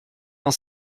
dans